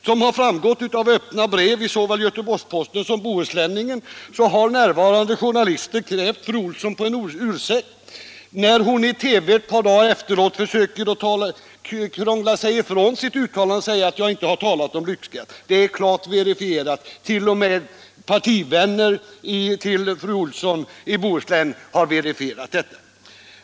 Som framgått av öppna brev i såväl Göteborgs-Posten som Bohusläningen har närvarande journalister krävt fru Olsson på en ursäkt när hon i TV ett par dagar efter uttalandet försökte krångla sig ifrån det genom att säga att hon inte talat om lyxskatt. Det är klart verifierat att hon gjort det. T. o. m. partivänner till fru Olsson i Bohuslän har verifierat det.